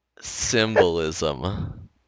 Symbolism